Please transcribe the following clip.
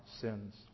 sins